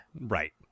Right